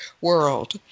World